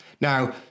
now